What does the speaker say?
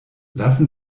lassen